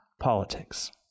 politics